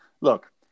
Look